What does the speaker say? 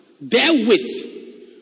therewith